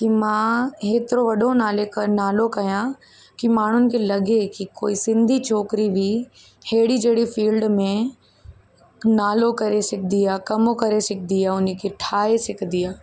कि मां हेतिरो वॾो नालो के नालो कयां कि माण्हुनि खे लॻे कि कोई सिंधी छोकिरी बि हेड़ी जेड़ी फ़ील्ड में नालो करे सघंदी आहे कम करे सघंदी आहे उन खे ठाहे सघंदी आहे